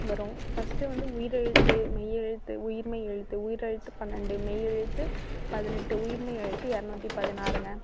வரும் ஃபஸ்ட்டு வந்து உயிரெழுத்து மெய்யெழுத்து உயிர்மெய் எழுத்து உயிரெழுத்து பன்னெண்டு மெய்யெழுத்து பதினெட்டு உயிர்மெய் எழுத்து இரநூத்தி பதினாறுங்க